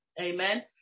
amen